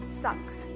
sucks